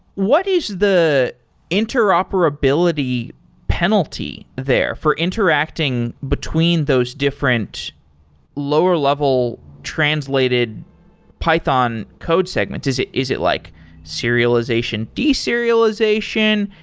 what is the interoperability penalty there for interacting between those different lower-level translated python code segment? is it is it like serialization deserialization?